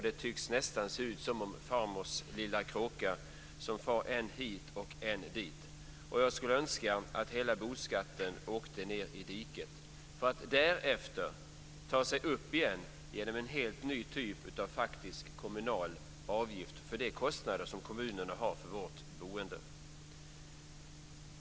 Det ser nästan ut som farmors lilla kråka som for än hit och än dit, och jag skulle önska att hela boendeskatten åkte ned i diket för att därefter ta sig upp igenom genom en helt ny typ av faktisk kommunal avgift för de kostnader som kommunerna har för vårt boende.